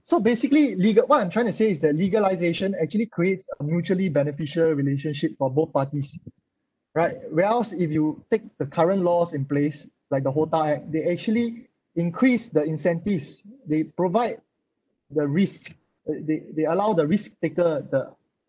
so basically legal what I'm trying to say is that legalisation actually creates a mutually beneficial relationship for both parties right where as if you take the current laws in place like the HOTA act they actually increase the incentives they provide the risk they they allow the risk taker the